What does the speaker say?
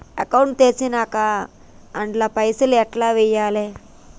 Account తెరిచినాక అండ్ల పైసల్ ఎట్ల వేయాలే?